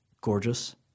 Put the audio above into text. gorgeous